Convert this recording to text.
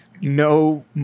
no